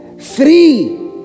three